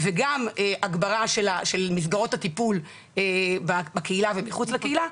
וגם הגברה של מסגרות הטיפול בקהילה ומחוץ לקהילה,